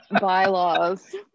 bylaws